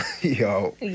yo